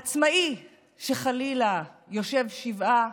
עצמאי שחלילה יושב שבעה